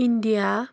India